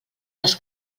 les